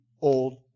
old